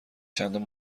چندان